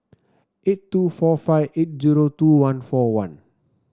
eight two four five eight zero two one four one